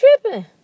tripping